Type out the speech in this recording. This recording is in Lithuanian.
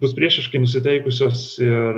bus priešiškai nusiteikusios ir